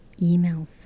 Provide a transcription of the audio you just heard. emails